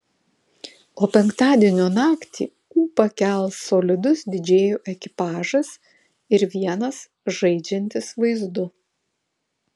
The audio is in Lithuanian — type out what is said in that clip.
o penktadienio naktį ūpą kels solidus didžėjų ekipažas ir vienas žaidžiantis vaizdu